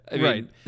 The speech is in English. Right